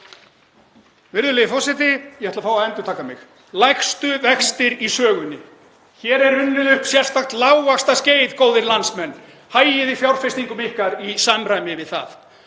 Virðulegi forseti. Ég ætla að fá að endurtaka mig: Lægstu vextir í sögunni. Hér er runnið upp sérstakt lágvaxtaskeið, góðir landsmenn, hagið fjárfestingum ykkar í samræmi við það.